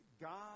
God